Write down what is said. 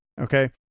Okay